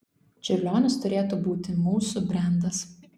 čiurlionis turėtų būti mūsų brendas